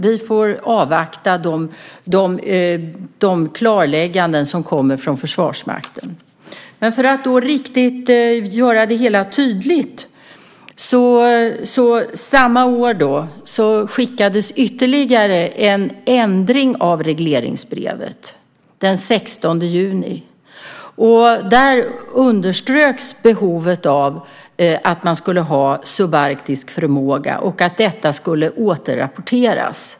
Vi får avvakta de klarlägganden som kommer från Försvarsmakten. För att göra det hela riktigt tydligt: Samma år skickades ytterligare en ändring av regleringsbrevet - den 16 juni. Där underströks behovet av att ha subarktisk förmåga och att detta skulle återrapporteras.